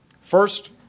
First